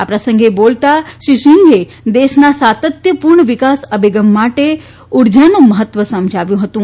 આ પ્રસંગે બોલતા શ્રી સિંઘે દેશના સાતત્યપૂર્ણ વિકાસ અભિગમ માટે ઉર્જા સંરક્ષણનું મહત્વ સમજાવ્યું હતું